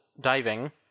diving